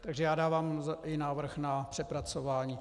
Takže já dávám i návrh na přepracování.